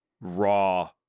raw